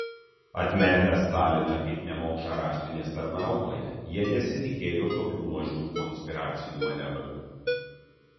atmetę staliną kaip nemokšą raštinės tarnautoją jie nesitikėjo tokių nuožmių konspiracinių manevrų